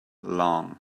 long